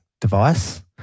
device